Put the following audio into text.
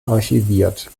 archiviert